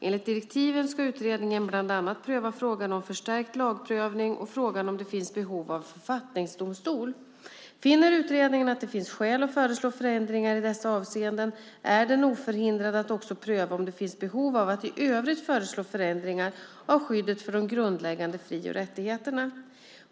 Enligt direktiven ska utredningen bland annat pröva frågan om förstärkt lagprövning och frågan om det finns behov av en författningsdomstol. Finner utredningen att det finns skäl att föreslå förändringar i dessa avseenden är den oförhindrad att också pröva om det finns behov av att i övrigt föreslå förändringar av skyddet för de grundläggande fri och rättigheterna.